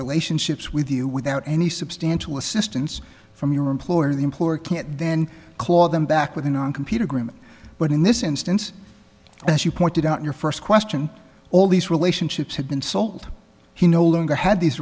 relationships with you without any substantial assistance from your employer the employer can't then claw them back with a non computer agreement but in this instance as you pointed out your first question all these relationships have been sold he no longer had these